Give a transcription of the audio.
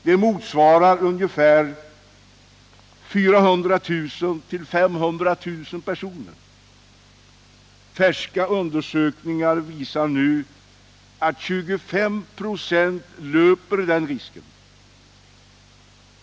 Det motsvarar ungefär 400 000-500 000 personer. Färska undersökningar visar nu att 25 procent löper den risken.